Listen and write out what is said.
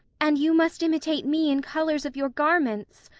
and you must imitate me in colours of your garments.